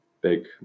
big